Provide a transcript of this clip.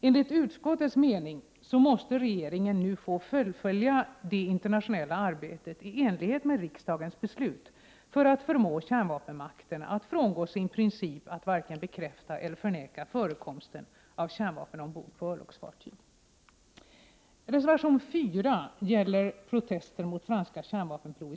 Enligt utskottets mening måste regeringen nu få möjlighet att fullfölja det internationella arbetet i enlighet med riksdagens beslut, för att förmå kärnvapenmakterna att frångå sin princip att varken bekräfta eller förneka förekomsten av kärnvapen ombord på örlogsfartyg.